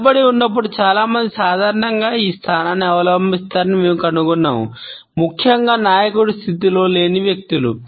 నిలబడి ఉన్నప్పుడు చాలా మంది సాధారణంగా ఈ స్థానాన్ని అవలంబిస్తారని మేము కనుగొన్నాము ముఖ్యంగా నాయకుడి స్థితిలో లేని వ్యక్తులు